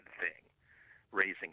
thing—raising